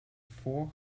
four